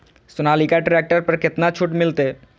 Sonalika tractor पर केतना छूट मिलते?